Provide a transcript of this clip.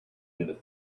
into